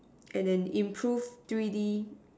and an improved three D